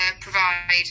provide